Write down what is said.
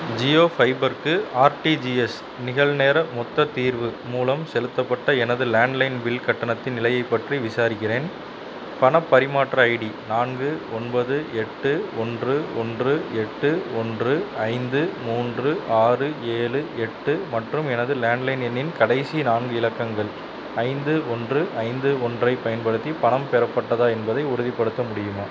ஜியோ ஃபைபர்க்கு ஆர்டிஜிஎஸ் நிகழ்நேர மொத்த தீர்வு மூலம் செலுத்தப்பட்ட எனது லேண்ட்லைன் பில் கட்டணத்தின் நிலையைப் பற்றி விசாரிக்கிறேன் பணப் பரிமாற்ற ஐடி நான்கு ஒன்பது எட்டு ஒன்று ஒன்று எட்டு ஒன்று ஐந்து மூன்று ஆறு ஏழு எட்டு மற்றும் எனது லேண்ட்லைன் எண்ணின் கடைசி நான்கு இலக்கங்கள் ஐந்து ஒன்று ஐந்து ஒன்றைப் பயன்படுத்தி பணம் பெறப்பட்டதா என்பதை உறுதிப்படுத்த முடியுமா